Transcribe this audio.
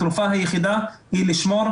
התרופה היחידה היא לשמור,